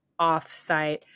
offsite